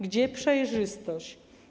Gdzie przejrzystość?